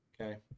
Okay